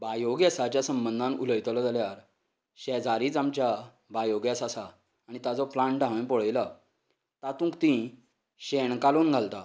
bio गॅसाच्या संबंदान उलयतलो जाल्यार शेजारीच आमच्या बायोगॅस आसा आनी ताचो प्लांट हांवें पळयला तातूंत तीं शेण काडून घालतात